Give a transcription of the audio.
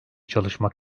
çalışmak